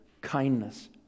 kindness